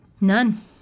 None